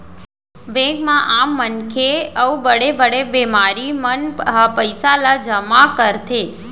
bank म आम मनखे अउ बड़े बड़े बेपारी मन ह पइसा ल जमा करथे